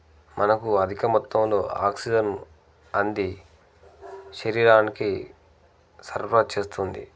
మనకు అధిక మొత్తంలో ఆక్సిజన్ అంది శరీరానికి సరఫరా చేస్తుంది